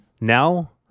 Now